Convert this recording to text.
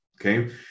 okay